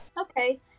Okay